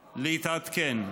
להתעדכן.